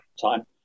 time